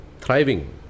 Thriving